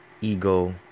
ego